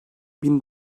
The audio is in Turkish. bin